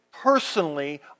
Personally